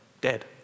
dead